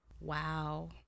Wow